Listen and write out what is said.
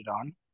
on